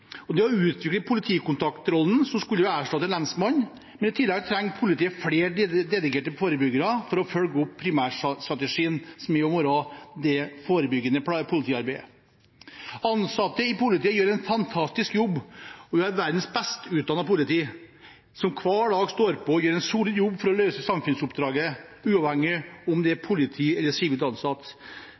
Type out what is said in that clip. det å utvikle politikontaktrollen, som skulle erstatte lensmannen, men i tillegg trenger politiet flere dedikerte forebyggere for å følge opp primærstrategien, som jo må være det forebyggende politiarbeidet. Ansatte i politiet gjør en fantastisk jobb, og vi har verdens best utdannede politi som hver dag står på og gjør en solid jobb for å løse samfunnsoppdraget, uavhengig av om en er politi eller sivilt ansatt.